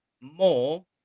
more